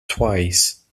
twice